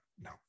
no